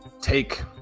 take